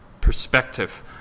perspective